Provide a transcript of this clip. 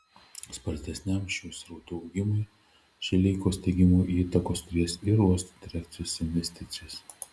spartesniam šių srautų augimui šileikos teigimu įtakos turės ir uosto direkcijos investicijos